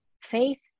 faith